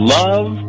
love